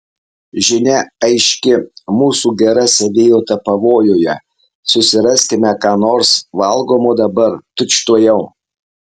žinia aiški mūsų gera savijauta pavojuje susiraskime ką nors valgomo dabar tučtuojau